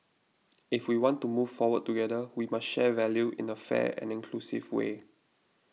if we want to move forward together we must share value in a fair and inclusive way